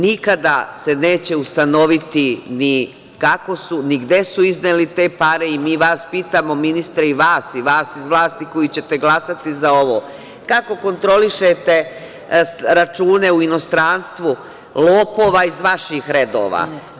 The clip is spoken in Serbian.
Nikada se neće ustanoviti ni kako su, ni gde su izneli te pare i mi vas pitamo, ministre i vas, i vas iz vlasti koji ćete glasati za ovo, kako kontrolišete račune u inostranstvu lopova iz vaših redova?